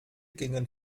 gingen